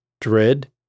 dread